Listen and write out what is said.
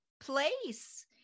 place